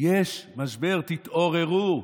יש משבר, תתעוררו.